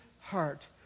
heart